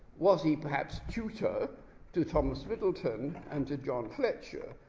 was he perhaps tutor to thomas middleton and to john fletcher,